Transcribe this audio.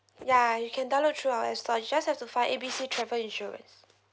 ya you can download through our app store you just have to find A B C travel insurance